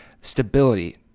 stability